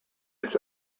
its